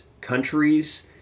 countries